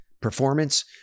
performance